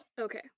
Okay